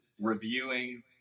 reviewing